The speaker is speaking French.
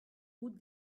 route